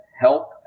help